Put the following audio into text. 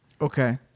Okay